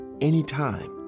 Anytime